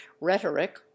rhetoric